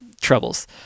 troubles